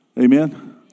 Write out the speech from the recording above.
Amen